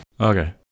Okay